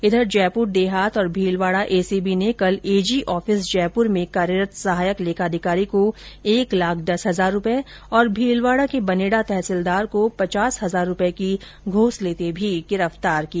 इधर जयपुर देहात और भीलवाडा ऐसीबी ने कल एजी ऑफिस जयपुर में कार्यरत सहायक लेखाधिकारी को एक लाख दस हजार रूपये और भीलवाडा में बनेडा तहसीलदार को पचास हजार रूपये की घूस लेते गिरफ्तार किया